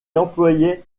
employait